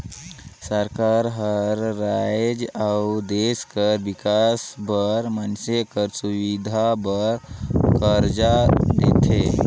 सरकार हर राएज अउ देस कर बिकास बर मइनसे कर सुबिधा बर करजा लेथे